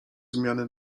zmiany